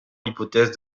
l’hypothèse